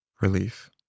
Relief